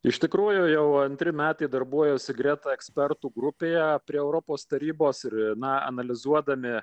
iš tikrųjų jau antri metai darbuojuosi greta ekspertų grupėje prie europos tarybos ir na analizuodami